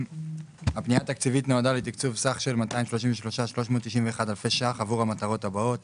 הפנייה התקציבית נועדה לתקצוב סך של 233,391 אלפי ₪ עבור המטרות הבאות,